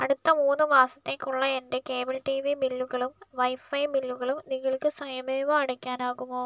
അടുത്ത മൂന്ന് മാസത്തേക്കുള്ള എൻ്റെ കേബിൾ ടി വി ബില്ലുകളും വൈഫൈ ബില്ലുകളും നിങ്ങൾക്ക് സ്വയമേവ അടയ്ക്കാനാകുമോ